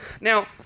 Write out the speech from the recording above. Now